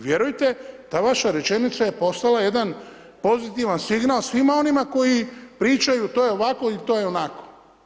Vjerujte ta vaša rečenica je postala jedan pozitivan signal svima onima koji pričaju to je ovako i to je onako.